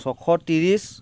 ছশ ত্ৰিছ